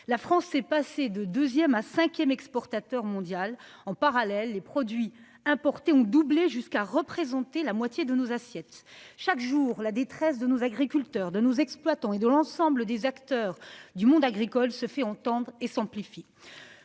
la France est passée de 2ème à 5ème exportateur mondial en parallèle les produits importés ont doublé jusqu'à représenter la moitié de nos assiettes. Chaque jour la détresse de nos agriculteurs de nos exploitants et de l'ensemble des acteurs du monde agricole se fait entendre, et s'amplifie.